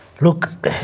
Look